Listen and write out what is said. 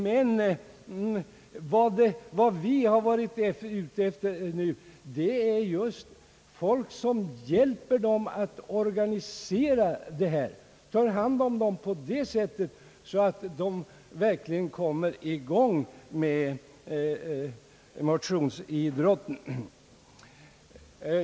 Men vi har varit ute efter att få folk som hjälper studenterna att organisera idrottsutövandet, ta hand om dem så att de verkligen kommer i gång med motionsidrotten.